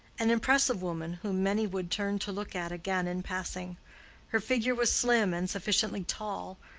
an impressive woman, whom many would turn to look at again in passing her figure was slim and sufficiently tall,